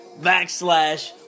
backslash